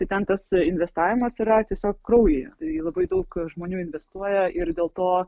tai ten tas investavimas yra tiesiog kraujyje tai labai daug žmonių investuoja ir dėl to